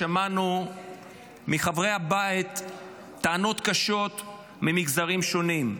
שמענו מחברי הבית טענות קשות ממגזרים שונים.